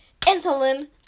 insulin